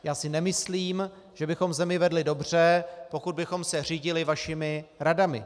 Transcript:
Já si nemyslím, že bychom zemi vedli dobře, pokud bychom se řídili vašimi radami.